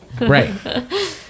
Right